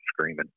screaming